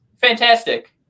fantastic